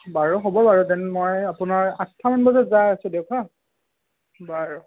বাৰু হ'ব বাৰু তেনে মই আঠটা মান বজাত যাই আছোঁ দিয়ক হাঁ বাৰু